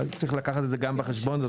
צריך לקחת את זה גם בחשבון.